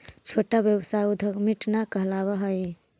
छोटा व्यवसाय उद्यमीट न कहलावऽ हई